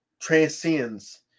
transcends